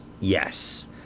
Yes